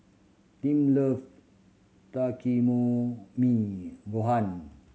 Tim love Gohan